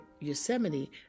Yosemite